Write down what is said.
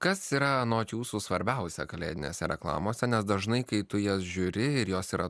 kas yra anot jūsų svarbiausia kalėdinėse reklamose nes dažnai kai tu jas žiūri ir jos yra